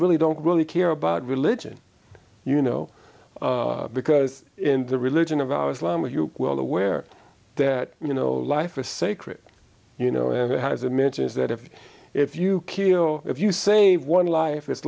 really don't really care about religion you know because in the religion of ours lama you well aware that you know life is sacred you know and it has a mentions that if you if you kill if you save one life it's